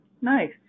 Nice